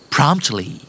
Promptly